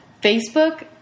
Facebook